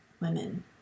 women